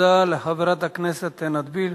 תודה לחברת הכנסת עינת וילף.